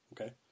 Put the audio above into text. okay